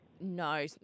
No